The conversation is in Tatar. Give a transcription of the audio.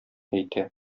әйтә